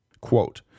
Quote